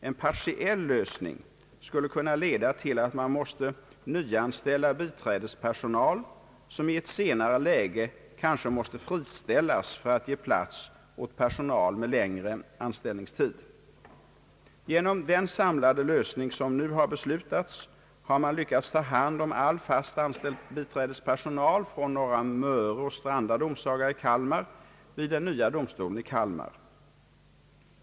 En partiell lösning skulle kunna leda till att man måste nyanställa biträdespersonal som i ett senare läge kanske måste friställas för att ge plats åt personal med längre anställningstid. Genom den samlade lösning som nu har beslutats har man lyckats ta hand om all fast anställd biträdespersonal från Norra Möre och Stranda domsaga i Kalmar vid den nya domstolen i Kalmar.